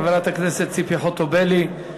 חברת הכנסת ציפי חוטובלי,